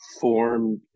formed